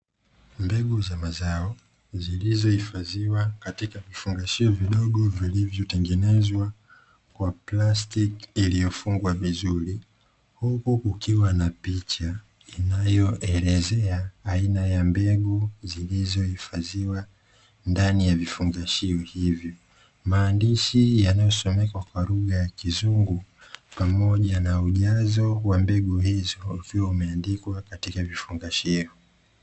Mbegu za mazao zilozo hifadhiwa katika vifungashio vidogo vilivyotengenezwa kwa plastiki iliyofungwa vizuri. Huku kukiwa na picha inayoelezea aina ya mbegu zilizohifadhiwa ndani ya vifungashio hivyo. Maandishi yanayosomeka kwa lugha ya kizungu pamoja na ujazo wa mbegu hizo ukiwa umeandikwa katika vifungashio.